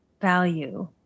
value